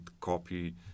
copy